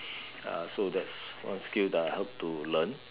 uh so that's one skill that I hope to learn